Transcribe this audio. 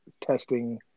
testing